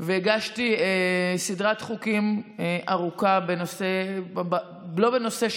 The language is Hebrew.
והגשתי סדרת חוקים ארוכה בנושא לא בנושא,